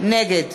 נגד